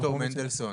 ד"ר מנדלוביץ,